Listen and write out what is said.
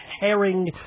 herring